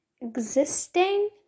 existing